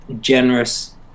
generous